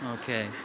Okay